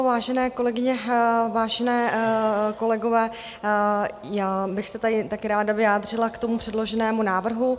Vážené kolegyně, vážení kolegové, já bych se tady také ráda vyjádřila k předloženému návrhu.